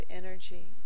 energy